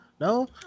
No